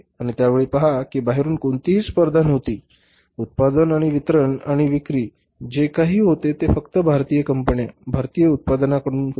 आणि त्यावेळी पहा की बाहेरून कोणतीही स्पर्धा नव्हती उत्पादन आणि वितरण आणि विक्री जे काही होते ते फक्त भारतीय कंपन्या भारतीय उत्पादकांकडून होते